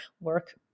work